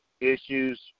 issues